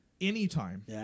anytime